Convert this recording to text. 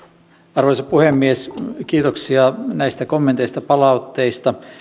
arvoisa puhemies kiitoksia näistä kommenteista palautteista